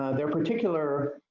their particular,